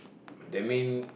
that mean